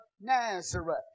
Nazareth